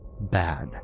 bad